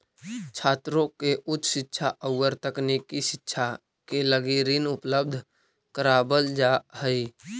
छात्रों के उच्च शिक्षा औउर तकनीकी शिक्षा के लगी ऋण उपलब्ध करावल जाऽ हई